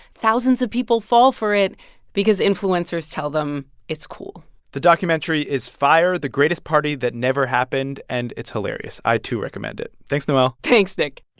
thousands of people fall for it because influencers tell them it's cool the documentary is fyre the greatest party that never happened, and it's hilarious. i, too, recommend it. thanks, noel thanks, nick